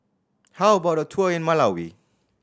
how about a tour in Malawi